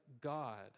God